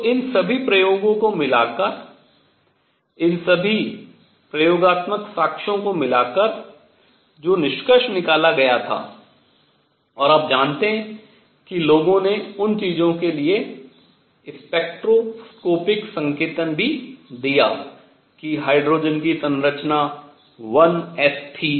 तो इन सभी प्रयोंगों को मिलाकर इन सभी प्रयोगात्मक साक्ष्यों को मिलाकर जो निष्कर्ष निकाला गया था और आप जानतें है कि लोगों ने उन चीज़ों के लिए स्पेक्ट्रोस्कोपिक संकेतन भी दिया कि हाइड्रोजन की संरचना 1s थी